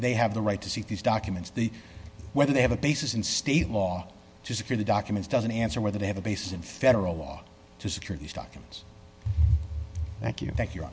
they have the right to seek these documents the whether they have a basis in state law to secure the documents doesn't answer whether they have a basis in federal law to secure these documents thank you thank you